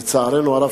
לצערנו הרב,